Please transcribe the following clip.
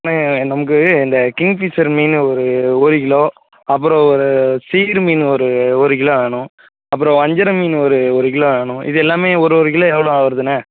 அண்ணா நமக்கு இந்த கிங்க்ஃபிஷர் மீன் ஒரு ஒரு கிலோ அப்பறம் ஒரு சீர் மீன் ஒரு ஒரு கிலோ வேணும் அப்பறம் வஞ்சரம் மீன் ஒரு ஒரு கிலோ வேணும் இது எல்லாம் ஒரு ஒரு கிலோ எவ்வளோ வருதுண்ணா